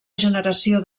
generació